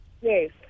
Yes